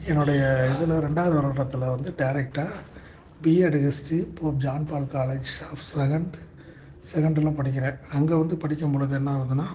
என்னுடைய இதில் ரெண்டாவது வருடத்தில் வந்து டேரக்டாக BEd history pope John Paul college of second செகண்டில் படிக்கிறேன் அங்கே வந்து படிக்கும் பொழுது என்ன ஆகுதுனா